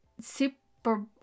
super